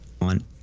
on